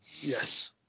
Yes